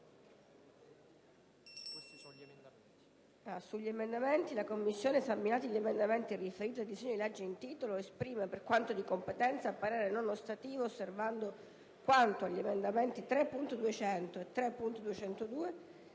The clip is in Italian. Commissione affari costituzionali, esaminati gli emendamenti riferiti al disegno di legge in titolo, esprime, per quanto di competenza, parere non ostativo, osservando, quanto agli emendamenti 3.200 e 3.202,